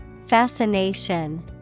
Fascination